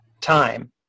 time